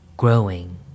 Growing